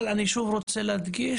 אבל אני שוב רוצה להדגיש,